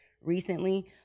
recently